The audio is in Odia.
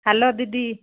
ହ୍ୟାଲୋ ଦିଦି